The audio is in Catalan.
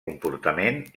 comportament